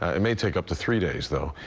ah it may take up to three days, though.